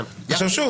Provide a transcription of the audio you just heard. עכשיו שוב,